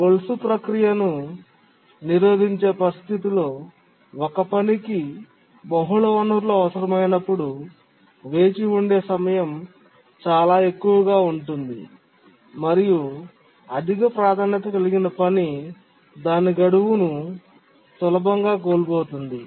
గొలుసు ప్రక్రియను నిరోధించే పరిస్థితిలో ఒక పనికి బహుళ వనరులు అవసరమైనప్పుడు వేచి ఉండే సమయం చాలా ఎక్కువగా ఉంటుంది మరియు అధిక ప్రాధాన్యత కలిగిన పని దాని గడువును సులభంగా కోల్పోతుంది